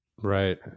Right